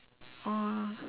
oh